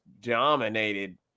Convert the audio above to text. dominated